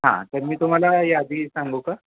हां तर मी तुम्हाला यादी सांगू का